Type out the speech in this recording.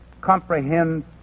comprehend